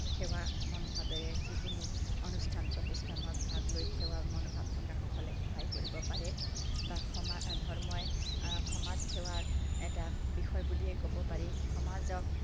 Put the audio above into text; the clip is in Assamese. সেৱা মনোভাৱেৰে যিকোনো অনুষ্ঠান প্ৰতিষ্ঠানত ভাগ লৈ সেৱাৰ মনোভাৱ থকা সকলে সহায় কৰিব পাৰে বা সমা ধৰ্মই সমাজসেৱাৰ এটা বিষয় বুলিয়ে ক'ব পাৰি সমাজক